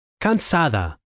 cansada